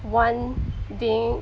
one being